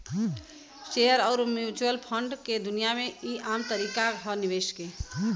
share अउर mutual fund के दुनिया मे ई आम तरीका ह निवेश के